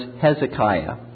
Hezekiah